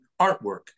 artwork